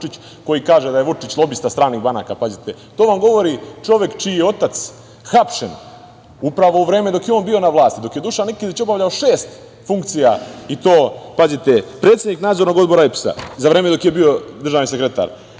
koji kaže da je Vučić lobista stranih banaka. Pazite, to vam govori čovek čiji je otac hapšen upravo u vreme dok je on bio na vlasti, dok je Dušan Nikezić obavljao šest funkcija i to, pazite, predsednik Nadzornog odbora EPS-a, za vreme dok je bio državni sekretar,